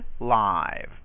live